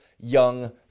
young